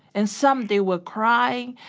and some they were crying.